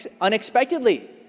unexpectedly